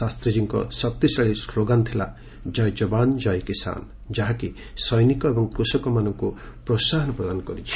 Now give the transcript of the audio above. ଶାସ୍ତିଜୀଙ୍କ ଶକ୍ତିଶାଳୀ ସ୍ଲୋଗାନ୍ ଥିଲା ଜୟ ଯବାନ୍ ଜୟ କିଷାନ୍ ଯାହାକି ସୈନିକ ଏବଂ କୃଷକମାନଙ୍କୁ ପ୍ରୋହାହନ ପ୍ରଦାନ କରିଛି